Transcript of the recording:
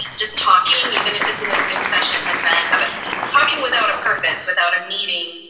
just talking, even if it's in a zoom session has been but talking without a purpose, without a meeting,